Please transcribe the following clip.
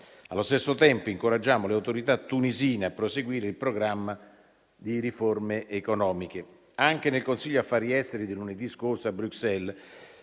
Allo stesso tempo, incoraggiamo le autorità tunisine a proseguire il programma di riforme economiche. Anche nel Consiglio affari esteri di lunedì scorso a Bruxelles,